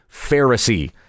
Pharisee